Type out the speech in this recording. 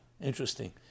Interesting